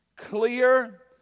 Clear